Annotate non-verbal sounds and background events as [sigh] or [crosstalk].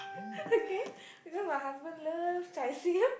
[laughs] okay you know my husband love chye-sim